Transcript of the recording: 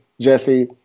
Jesse